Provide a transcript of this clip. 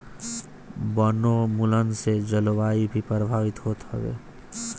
वनोंन्मुलन से जलवायु भी प्रभावित होत हवे